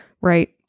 right